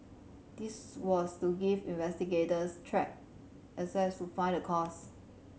this was to give investigators track access to find the cause